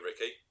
Ricky